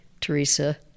Teresa